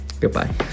goodbye